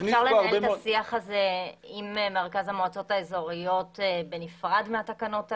אפשר לנהל את השיח הזה עם מרכז המועצות האזוריות בנפרד מהתקנות האלה?